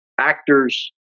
Actors